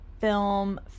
film